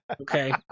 Okay